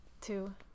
two